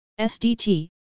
SDT